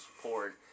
support